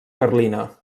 carlina